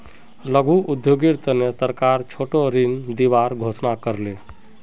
लघु उद्योगेर तने सरकार छोटो ऋण दिबार घोषणा कर ले